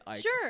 Sure